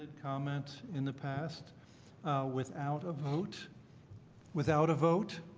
comment in the past without a vote without a vote